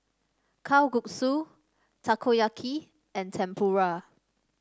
Kalguksu Takoyaki and Tempura